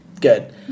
Good